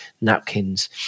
napkins